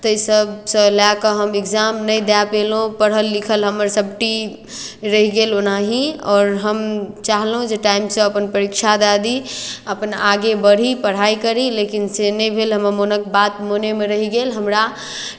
ताहिसभसँ लए कऽ हम इक्जाम नहि दए पयलहुँ पढ़ल लिखल हमर सभटी रहि गेल ओनाही आओर हम चाहलहुँ जे हम टाइमसँ अपन परीक्षा दए दी अपन आगे बढ़ी पढ़ाइ करी लेकिन से नहि भेल हमर मोनक बात मोनेमे रहि गेल हमरा